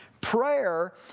Prayer